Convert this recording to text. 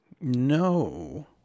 no